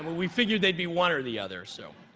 we figured they'd be one or the other. so